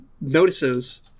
notices